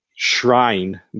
shrine